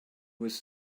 was